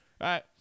Right